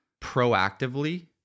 proactively